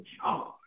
charge